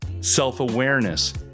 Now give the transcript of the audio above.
self-awareness